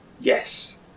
Yes